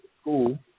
school